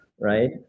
right